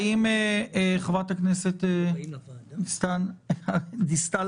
חברת הכנסת דיסטל